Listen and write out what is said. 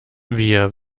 wir